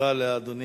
תודה לאדוני.